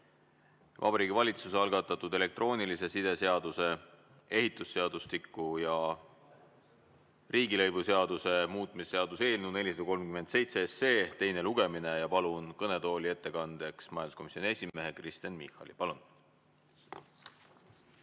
Vabariigi Valitsuse algatatud elektroonilise side seaduse, ehitusseadustiku ja riigilõivuseaduse muutmise seaduse eelnõu 437 teine lugemine. Palun kõnetooli ettekandeks majanduskomisjoni esimehe Kristen Michali. Palun!